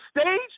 stage